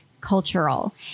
cultural